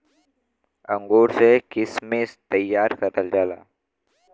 अंगूर से किशमिश तइयार करल जाला